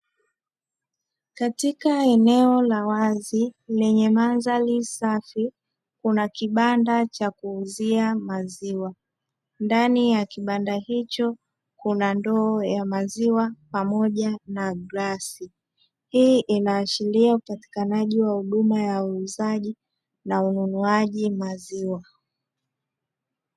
Katika eneo la wazi lenye mandhari safi kuna kibanda cha kuuzia maziwa. Ndani ya kibanda hicho kuna ndoo ya maziwa pamoja na glasi. Hii inaashiria upatikanaji wa huduma ya uuzaji na ununuaji maziwa.